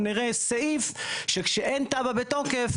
אנחנו נראה סעיף שכשאין תב"ע בתוקף,